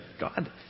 God